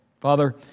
Father